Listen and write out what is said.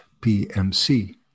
PMC